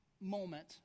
moment